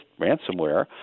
ransomware